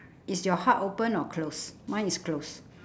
is your hut open or closed mine is closed